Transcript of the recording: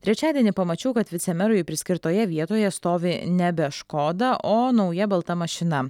trečiadienį pamačiau kad vicemerui priskirtoje vietoje stovi nebe škoda o nauja balta mašina